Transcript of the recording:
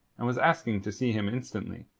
and was asking to see him instantly.